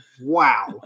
Wow